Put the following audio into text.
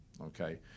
okay